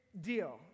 deal